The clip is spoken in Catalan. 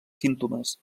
símptomes